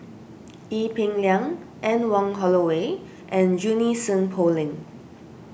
Ee Peng Liang Anne Wong Holloway and Junie Sng Poh Leng